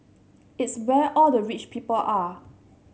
it's where all the rich people are